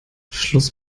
schluss